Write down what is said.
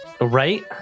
Right